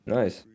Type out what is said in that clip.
nice